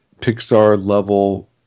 Pixar-level